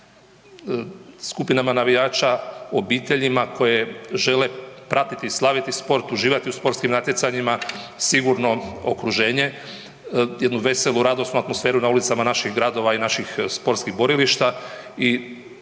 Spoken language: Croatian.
skupinama navijača, obiteljima koje žele pratiti i slaviti sport, uživati u sportskim natjecanjima, sigurno okruženje, jednu veselu, radosnu atmosferu na ulicama naših gradova i naših sportskih borilišta